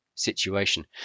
situation